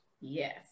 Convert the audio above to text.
Yes